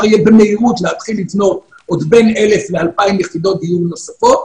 יהיה במהירות להתחיל לבנות עוד בין אלף לאלפיים יחידות דיור נוספות.